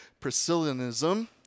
Priscillianism